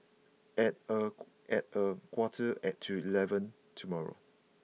at a at a quarter to eleven tomorrow